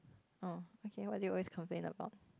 oh okay what do you always complain about